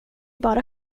bara